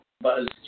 buzz